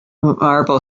marble